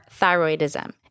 thyroidism